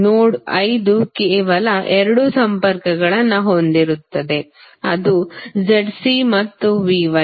ನೋಡ್ ಐದು ಕೇವಲ ಎರಡು ಸಂಪರ್ಕಗಳನ್ನು ಹೊಂದಿರುತ್ತದೆ ಅದು ZC ಮತ್ತು VY